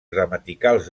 gramaticals